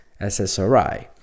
SSRI